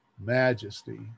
majesty